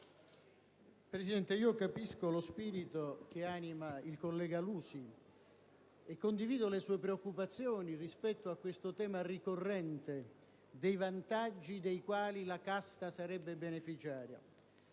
Presidente, comprendo lo spirito che anima il collega Lusi e condivido le sue preoccupazioni rispetto al tema ricorrente dei vantaggi dei quali la «casta» sarebbe beneficiaria;